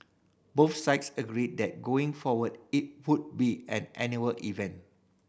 both sides agreed that going forward it would be an annual event